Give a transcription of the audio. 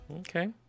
Okay